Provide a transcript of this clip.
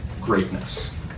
greatness